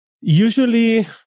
Usually